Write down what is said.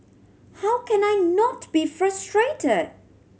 how can I not be frustrated